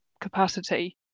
capacity